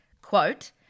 quote